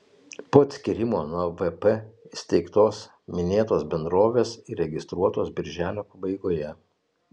po atskyrimo nuo vp įsteigtos minėtos bendrovės įregistruotos birželio pabaigoje